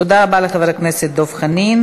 תודה רבה לחבר הכנסת דב חנין.